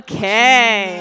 Okay